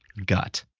gut.